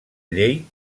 llei